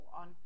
on